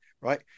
right